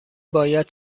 باید